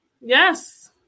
Yes